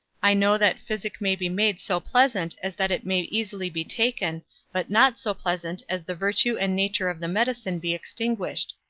i know that physic may be made so pleasant as that it may easily be taken but not so pleasant as the virtue and nature of the medicine be extinguished.